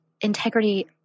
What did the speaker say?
integrity